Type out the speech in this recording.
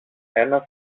ένα